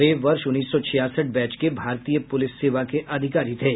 वे वर्ष उन्नीस सौ छियासठ बैच के भारतीय पुलिस सेवा के अधिकारी थे